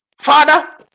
father